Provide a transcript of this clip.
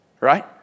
right